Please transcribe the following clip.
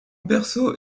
berceau